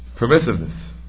permissiveness